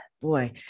boy